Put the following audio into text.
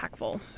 impactful